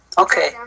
Okay